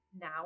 now